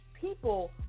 people